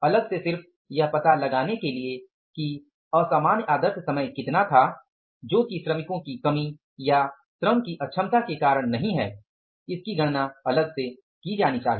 अलग से सिर्फ यह पता लगाने के लिए कि असामान्य आदर्श समय कितना था जो कि श्रमिको की कमी या श्रम की अक्षमता के कारण नहीं है इसकी गणना अलग से की जानी चाहिए